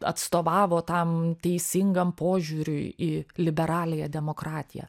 atstovavo tam teisingam požiūriui į liberaliąją demokratiją